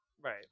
Right